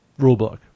rulebook